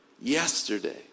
yesterday